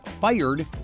fired